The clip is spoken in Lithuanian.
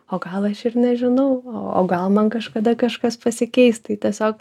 o gal aš ir nežinau o gal man kažkada kažkas pasikeis tai tiesiog